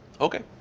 Okay